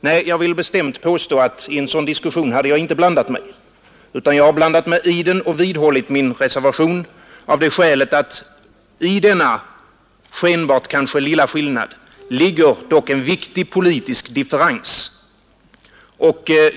Nej, jag vill bestämt påstå att jag inte hade blandat mig i en sådan diskussion utan jag har blandat mig i den och vidhåller min reservation av det skälet att det ligger en viktig politisk differens i den skenbart lilla skillnaden.